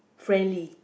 friendly